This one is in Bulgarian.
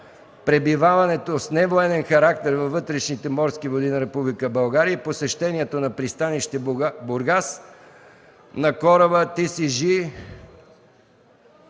пребиваването с невоенен характер във вътрешните морски води на Република България и посещението на пристанище Бургас на кораба TCG